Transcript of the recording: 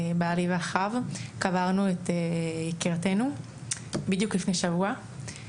בעלי ואחיו, קברנו את יקירתנו בדיוק לפני שבוע.